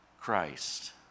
Christ